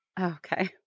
Okay